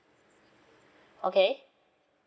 okay